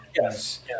Yes